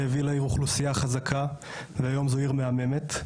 שהביא לעיר אוכלוסייה חזקה והיום זו עיר מהממת,